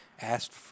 asked